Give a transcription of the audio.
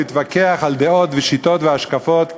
להתווכח על דעות ושיטות והשקפות,